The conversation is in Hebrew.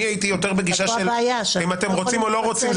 אני הייתי יותר בגישה של אם אתם רוצים או לא רוצים,